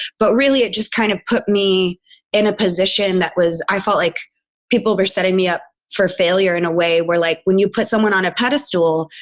but really, it just kind of put me in a position that was, i felt like people were setting me up for failure in a way. where like when you put someone on a pedestal.